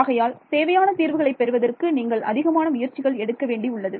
ஆகையால் தேவையான தீர்வுகளைப் பெறுவதற்கு நீங்கள் அதிகமான முயற்சிகள் எடுக்க வேண்டி உள்ளது